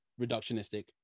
reductionistic